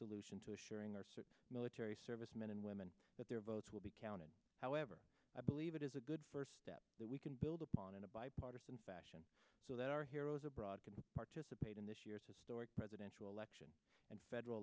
our military servicemen and women that their votes will be counted however i believe it is a good first step that we can build upon in a bipartisan fashion so that our heroes abroad can participate in this year's historic presidential election and federal